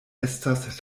estas